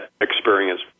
experience